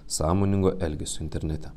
sąmoningo elgesio internete